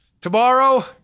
tomorrow